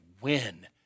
win